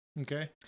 Okay